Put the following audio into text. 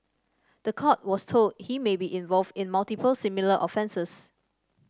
the court was told he may be involved in multiple similar offences